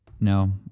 No